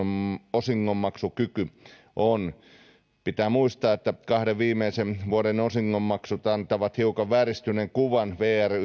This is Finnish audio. osingonmaksukyky on pitää muistaa että kahden viimeisen vuoden osingonmaksut antavat hiukan vääristyneen kuvan vr